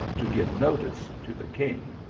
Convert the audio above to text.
to give notice to the king.